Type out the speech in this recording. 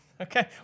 Okay